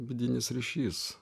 vidinis ryšys